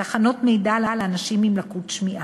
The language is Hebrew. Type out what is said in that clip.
תחנות מידע לאנשים עם לקות שמיעה,